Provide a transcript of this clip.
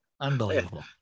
Unbelievable